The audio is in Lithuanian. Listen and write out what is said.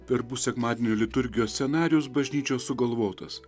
verbų sekmadienio liturgijos scenarijus bažnyčios sugalvotas